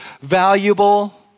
valuable